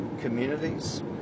communities